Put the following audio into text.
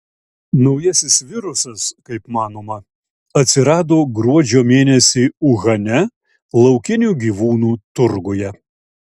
naujasis virusas kaip manoma atsirado gruodžio mėnesį uhane laukinių gyvūnų turguje